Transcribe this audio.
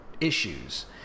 issues